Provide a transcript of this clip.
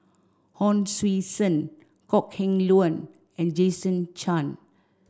Hon Sui Sen Kok Heng Leun and Jason Chan